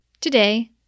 Today